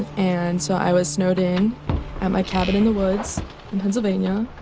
and so i was snowed in at my cabin in the woods in pennsylvania.